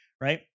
right